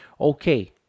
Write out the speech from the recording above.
Okay